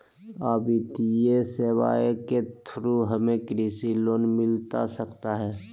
आ वित्तीय सेवाएं के थ्रू हमें कृषि लोन मिलता सकता है?